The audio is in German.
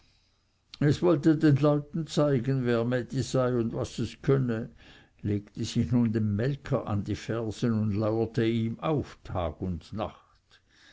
es wollte den leuten zeigen wer mädi sei und was es könne legte sich nun dem melker an die fersen und lauerte ihm auf tag und nacht